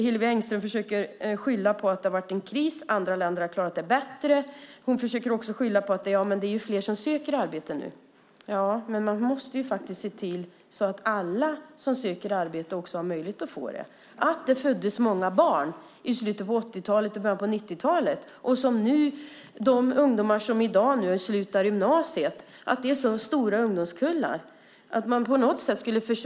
Hillevi Engström försöker skylla på att det har varit en kris. Andra länder har klarat det bättre. Hon försöker också skylla på att det är fler som söker arbete nu. Ja, men man måste se till att alla som söker arbete också har möjlighet att få det. Det föddes många barn i slutet av 80-talet och i början av 90-talet, och det är stora ungdomskullar i dag som går ut gymnasiet.